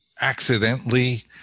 accidentally